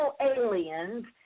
aliens